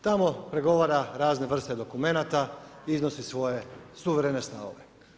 Tamo pregovara razne vrste dokumenata, iznosi svoje suverene stavove.